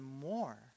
more